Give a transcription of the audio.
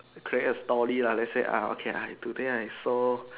create a story lah let's say ah okay I today I saw